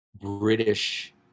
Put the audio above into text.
British